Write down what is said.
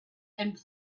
and